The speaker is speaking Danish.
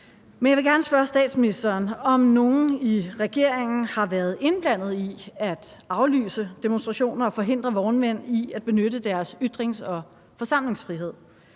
Men jeg vil gerne spørge statsministeren, om nogen i regeringen har været indblandet i at aflyse demonstrationer og forhindre vognmænd i at benytte deres ytrings- og forsamlingsfrihed.